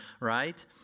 right